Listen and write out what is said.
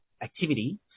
activity